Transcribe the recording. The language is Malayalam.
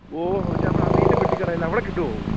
ഓ ഹോ ഇത് നമ്മുടെ അബീൻ്റെ പെട്ടിക്കടയിൽ അവിടെ കിട്ടുമോ